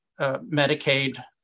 Medicaid